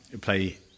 play